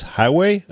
highway